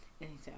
Anytime